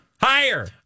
higher